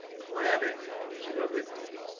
planning is everything.